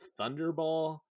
Thunderball